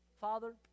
Father